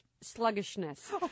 sluggishness